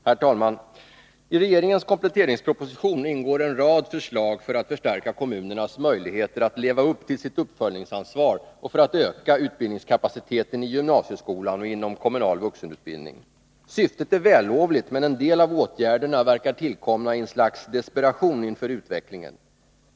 Herr talman! I regeringens kompletteringsproposition ingår en rad förslag för att förstärka kommunernas möjligheter att leva upp till sitt uppföljningsansvar och för att öka utbildningskapaciteten i gymnasieskolan och inom kommunal vuxenutbildning. Syftet är vällovligt, men en del av åtgärderna verkar tillkomna i ett slags desperation inför utvecklingen.